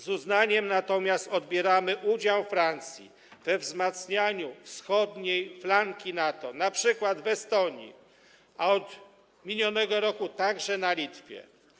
Z uznaniem natomiast odbieramy udział Francji we wzmacnianiu wschodniej flanki NATO, np. w Estonii, a od minionego roku także na Litwie.